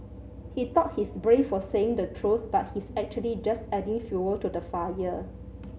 he thought he's brave for saying the truth but he's actually just adding fuel to the fire